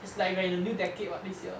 it's like we're in a new decade [what] this year